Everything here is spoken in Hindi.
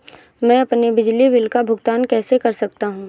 मैं अपने बिजली बिल का भुगतान कैसे कर सकता हूँ?